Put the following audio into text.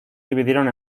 dividieron